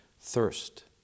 thirst